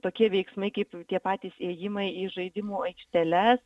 tokie veiksmai kaip tie patys ėjimai į žaidimų aikšteles